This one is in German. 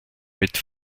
mit